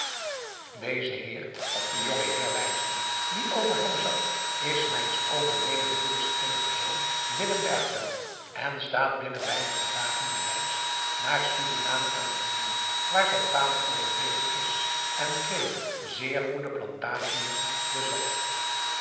deze heer op den jongen heer wijzende die over hem zat is mijns overleden broeders eenige zoon willem bergveld en staat binnen weinige dagen de reis naar suriname aan te nemen waar zijn vader overleden is en twee zeer goede plantagiën bezat